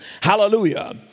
Hallelujah